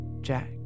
Jack